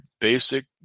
basic